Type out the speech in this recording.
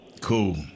Cool